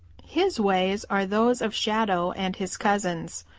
his ways are those of shadow and his cousins.